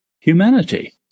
humanity